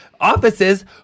offices